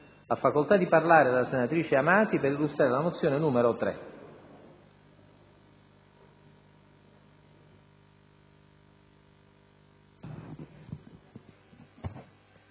Ha facoltà di parlare la senatrice Amati per illustrare la mozione n. 3.